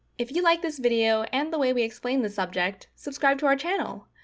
if you like this video and the way we explain the subject, subscribe to our channel.